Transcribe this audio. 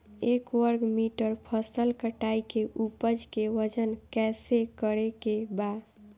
एक वर्ग मीटर फसल कटाई के उपज के वजन कैसे करे के बा?